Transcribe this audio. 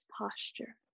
posture